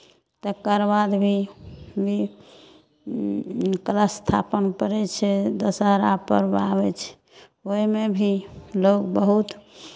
तकरबाद भी भी कलशस्थापन पड़ै छै दशहरा पर्व आबै छै ओहिमे भी लोक बहुत